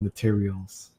materials